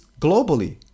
globally